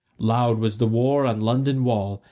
loud was the war on london wall,